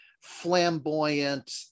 flamboyant